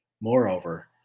Moreover